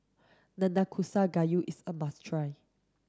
Nanakusa Gayu is a must try